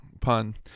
pun